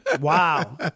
Wow